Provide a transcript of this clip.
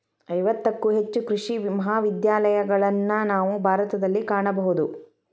ಐವತ್ತಕ್ಕೂ ಹೆಚ್ಚು ಕೃಷಿ ಮಹಾವಿದ್ಯಾಲಯಗಳನ್ನಾ ನಾವು ಭಾರತದಲ್ಲಿ ಕಾಣಬಹುದು